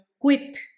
quit